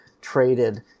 traded